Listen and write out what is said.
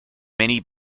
many